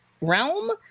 realm